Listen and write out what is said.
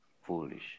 Foolish